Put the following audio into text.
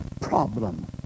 problem